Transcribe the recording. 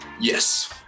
yes